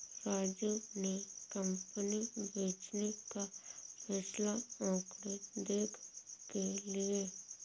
राजू ने कंपनी बेचने का फैसला आंकड़े देख के लिए